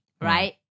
right